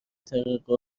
ترقه